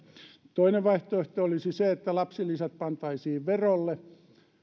toinen vaihtoehto olisi se että lapsilisät pantaisiin verolle